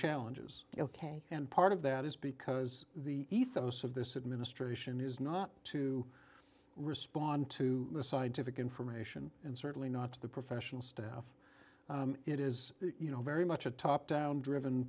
challenges ok and part of that is because the ethos of this administration is not to respond to the scientific information and certainly not to the professional staff it is you know very much a top down driven